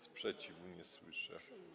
Sprzeciwu nie słyszę.